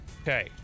Okay